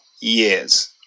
years